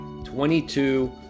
22